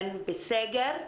הן בסגר,